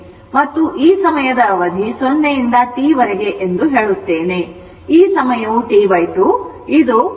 ಮತ್ತು ಈ ಸಮಯದ ಅವಧಿ 0 ಯಿಂದ T ವರೆಗೆ ಎಂದು ಹೇಳುತ್ತೇನೆ ಮತ್ತು ಈ ಸಮಯವು T 2 ಇದು 1 2 3 4 5 6 second ಆಗಿದೆ